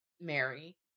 Mary